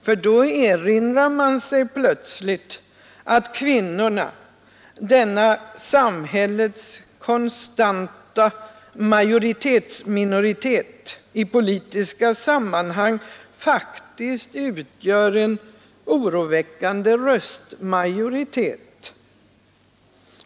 Ty då erinrar man sig plötsligt att kvinnorna, denna samhällets konstanta majoritetsminoritet, i politiska sammanhang faktiskt utgör en oroväckande röstmajoritet.